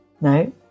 No